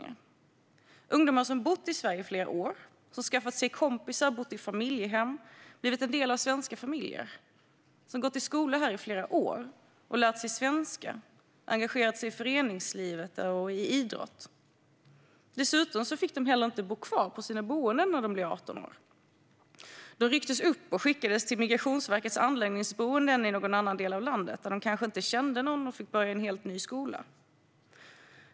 Det var ungdomar som bott i Sverige i flera år och skaffat sig kompisar, bott i familjehem, blivit en del av svenska familjer, gått i skola här i flera år, lärt sig svenska och engagerat sig i föreningslivet och i idrott. Dessutom fick de inte bo kvar i sina boenden när de blev 18, utan de rycktes upp och skickades till Migrationsverkets anläggningsboenden i någon annan del av landet, där de kanske inte kände någon, och fick börja i en helt ny skola.